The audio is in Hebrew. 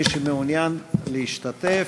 מי שמעוניין להשתתף,